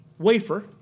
wafer